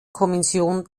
kommission